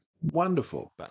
Wonderful